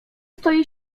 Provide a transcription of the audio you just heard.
stoi